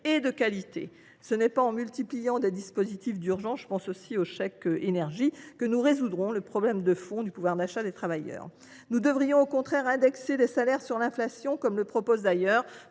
et de qualité. Ce n’est pas en multipliant les dispositifs d’urgence – je pense également au chèque énergie – que nous résoudrons le problème de fond du pouvoir d’achat des travailleurs. Nous devrions, au contraire, indexer les salaires sur l’inflation, comme le proposent d’ailleurs